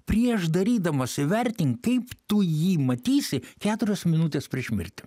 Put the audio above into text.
prieš darydamas įvertink kaip tu jį matysi keturios minutės prieš mirtį